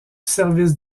service